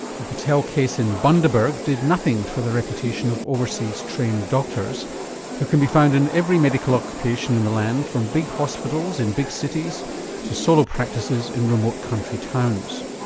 the patel case in bundaberg did nothing for the reputation of overseas trained doctors who can be found in every medical occupation in the land from big hospitals in big cities to solo practices in remote country towns.